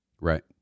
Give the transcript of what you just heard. right